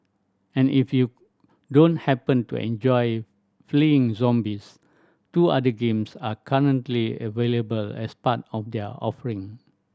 and if you don't happen to enjoy fleeing zombies two other games are currently available as part of their offering